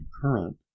current